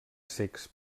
cecs